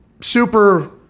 super